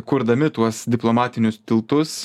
kurdami tuos diplomatinius tiltus